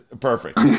Perfect